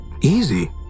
Easy